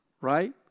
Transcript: right